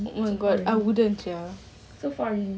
oh my god I wouldn't sia so far